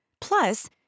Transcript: Plus